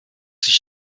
sich